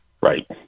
Right